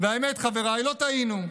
והאמת, חבריי, לא טעינו,